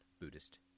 Buddhist